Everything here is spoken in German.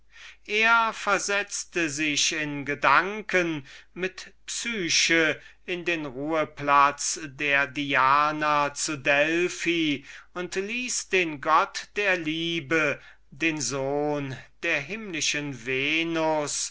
hatte er versetzte sich in gedanken mit psyche in den ruheplatz der diana zu delphi und ließ den gott der liebe den sohn der himmlischen